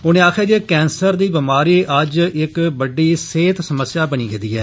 उनें आक्खेया जे कैंसर दी बिमारी अज्ज इक बड्डी सेहत समस्या बनी गेदी ऐ